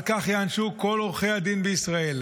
על כך ייענשו כל עורכי הדין בישראל,